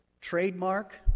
trademark